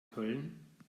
köln